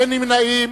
אין נמנעים.